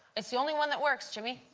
it's the only one that works, jimmy.